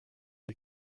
les